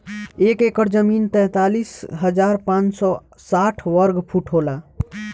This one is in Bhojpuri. एक एकड़ जमीन तैंतालीस हजार पांच सौ साठ वर्ग फुट होला